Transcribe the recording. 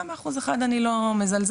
גם באחוז אחד אני לא מזלזלת,